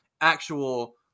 actual